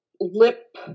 lip